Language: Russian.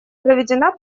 проведена